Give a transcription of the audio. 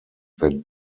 that